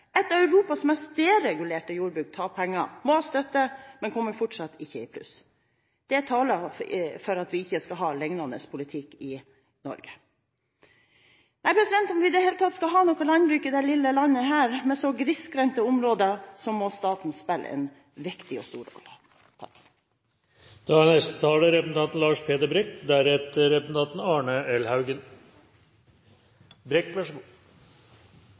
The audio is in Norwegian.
Et av Europas mest deregulerte jordbruk taper penger, må ha støtte, men kommer fortsatt ikke i pluss. Det taler for at vi ikke skal ha liknende politikk i Norge. Nei, om vi i det hele tatt skal ha noe landbruk i dette lille landet med så grisgrendte områder, må staten spille en stor og viktig rolle. Som statsråden understreket i sitt innlegg, er